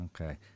Okay